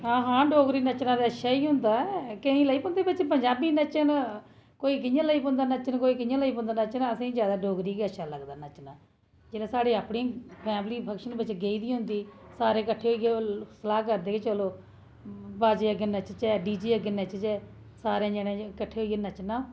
हां हां डोगरी नच्चना ते अच्छा गै होंदा ऐ केई लेई पौंदे पंजाबी च नच्चन कोई कि'यां लेई पौंदा नच्चन कोई कियां लेई पौंदा नचन असें गी ज्यादा डोगरी गै अच्छा लगदा नच्चना जेह्ड़ी साढ़ी अपनी फैंमली फंक्शन बिच्च गेदी होंदी सारे कट्ठे होइयै सलाह् करदे के चलो बाजे अग्गै नचचे डी जे अग्गे नचचे सारे जने कट्ठे होइये नचना